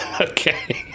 Okay